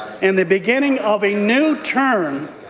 and the beginning of a new term